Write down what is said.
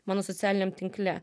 mano socialiniam tinkle